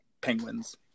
penguins